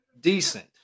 Decent